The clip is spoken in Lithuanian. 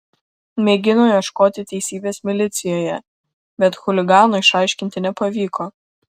mėgino ieškoti teisybės milicijoje bet chuligano išaiškinti nepavyko